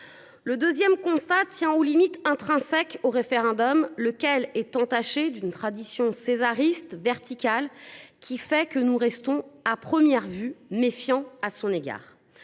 Le deuxième constat tient aux limites intrinsèques du référendum, outil entaché d’une tradition césariste et verticale ; ces limites font que nous restons, à première vue, méfiants à son égard.